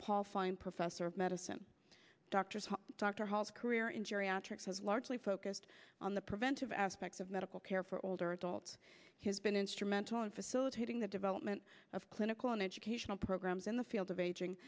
paul fine professor of medicine doctors dr hall's career in geriatric has largely focused on the preventive aspects of medical care for older adults has been instrumental in facilitating the development of clinical and educational programs in the field of aging